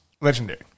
legendary